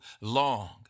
long